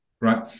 Right